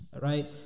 right